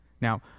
Now